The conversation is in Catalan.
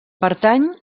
pertany